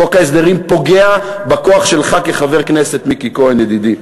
חוק ההסדרים פוגע בכוח שלך כחבר כנסת, מיקי ידידי.